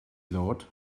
ddod